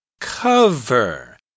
Cover